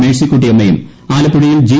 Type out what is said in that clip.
മേഴ്സിക്കുട്ടി അമ്മയും ആലപ്പുഴയിൽ ജി